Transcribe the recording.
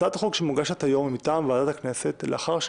הצעת החוק שמוגשת היום מטעם ועדת הכנסת הגיעה לאחר שהיא